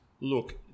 look